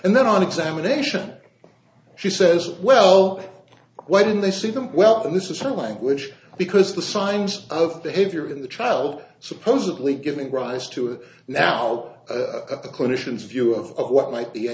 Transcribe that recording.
and then on examination she says well why didn't they see them well and this is her language because the signs of behavior in the child supposedly giving rise to it now the clinicians view of what might be